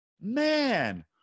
Man